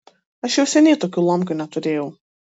aš jau seniai tokių lomkių neturėjau